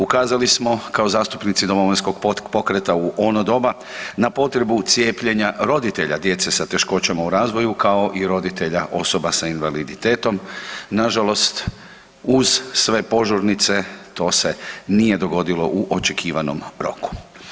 Ukazali smo kao zastupnici Domovinskog pokreta u ono doba na potrebu cijepljenja roditelja djece sa teškoćama u razvoju, kao i roditelja osoba sa invaliditetom, nažalost uz sve požurnice to se nije dogodilo u očekivanom roku.